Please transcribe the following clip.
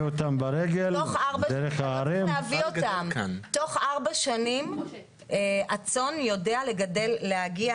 תוך ארבע שנים הצאן יודע להגיע